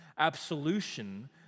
Absolution